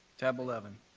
tab eleven.